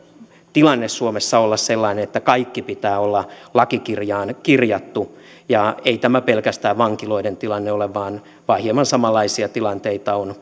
tilanne suomessa olla sellainen että kaiken pitää olla lakikirjaan kirjattu ei tämä pelkästään vankiloiden tilanne ole vaan vaan hieman samanlaisia tilanteita on